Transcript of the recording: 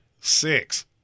Six